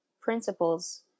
principles